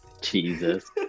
Jesus